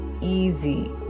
easy